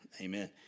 Amen